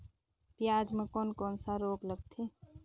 पियाज मे कोन कोन सा रोग लगथे?